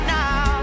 now